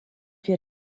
wir